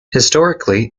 historically